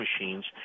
machines